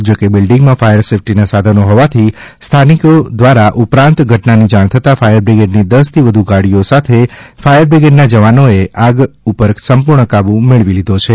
જોકે બિલ્ડિંગમાં ફાયર સેફ્ટીના સાધનો હોવાથી સ્થાનિકો દ્વારા ઉપરાંત ઘટનાની જાણ થતાં ફાયરબ્રિગેડની દશથી વધુ ગાડીઓ સાથે ફાયરબ્રિગેડના જવાનોએ આગ ઉપર સંપૂર્ણ કાબૂ મેળવી લીધો છે